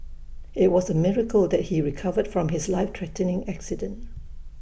IT was A miracle that he recovered from his life threatening accident